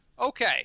Okay